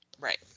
Right